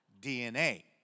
DNA